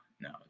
no